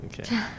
Okay